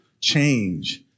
change